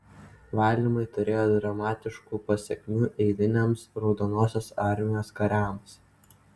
valymai turėjo dramatiškų pasekmių eiliniams raudonosios armijos kariams